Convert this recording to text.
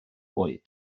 hoe